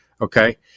okay